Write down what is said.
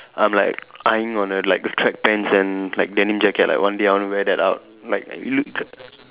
I'm like eyeing on a like a track pants and like denim jacket like one day I want to wear that out like